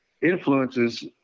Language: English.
influences